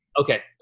Okay